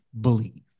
believe